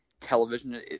television